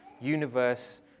universe